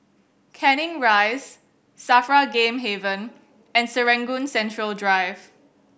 Canning Rise SAFRA Game Haven and Serangoon Central Drive